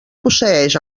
posseïx